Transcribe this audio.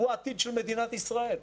שהוא העתיד של מדינת ישראל.